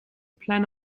plan